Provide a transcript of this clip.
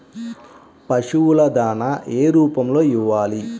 పశువుల దాణా ఏ రూపంలో ఇవ్వాలి?